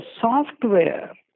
software